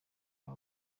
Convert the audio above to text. kwa